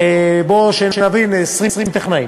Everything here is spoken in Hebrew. שנבין, 20 טכנאים.